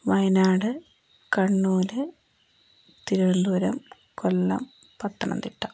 Wayanad Kannur Thiruvananthapuram Kollam Pathanamthitta